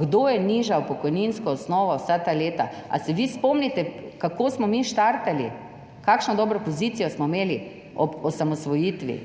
Kdo je nižal pokojninsko osnovo vsa ta leta? Ali se vi spomnite, kako smo mi štartali, kakšno dobro pozicijo smo imeli ob osamosvojitvi?